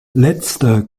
letzter